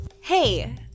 hey